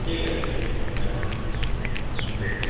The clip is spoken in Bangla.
ঠিক আছে ঠিক আছে তাই করো ঠিক আছে